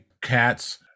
Cats